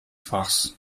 fachs